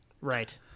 right